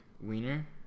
Wiener